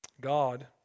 God